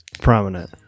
Prominent